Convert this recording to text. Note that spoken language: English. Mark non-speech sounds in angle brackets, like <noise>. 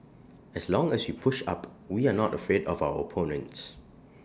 as long as we push up we are <noise> not afraid of our opponents